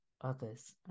others